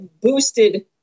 boosted